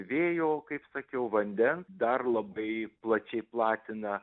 vėjo kaip sakiau vandens dar labai plačiai platina